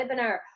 webinar